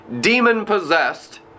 demon-possessed